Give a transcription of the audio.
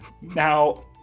Now